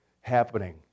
happening